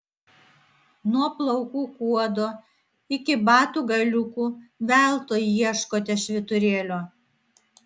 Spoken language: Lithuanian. nuo plaukų kuodo iki batų galiukų veltui ieškote švyturėlio